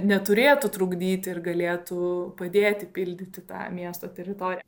neturėtų trukdyti ir galėtų padėti pildyti tą miesto teritoriją